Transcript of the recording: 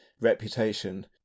reputation